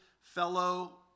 fellow